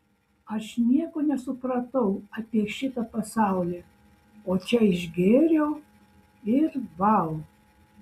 aš nieko nesupratau apie šitą pasaulį o čia išgėriau ir vau